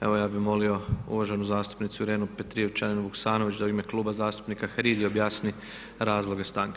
Evo ja bih molio uvaženu zastupnicu Irenu Petrijevčanin Vuksanović da u ime Kluba zastupnika HRID objasni razloge stanke.